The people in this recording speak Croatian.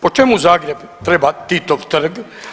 Po čemu Zagreb treba Titov trg.